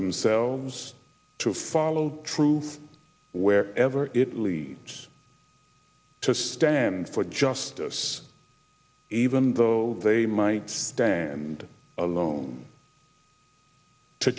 themselves to follow truth wherever it leads to stand for justice even though they might stand alone to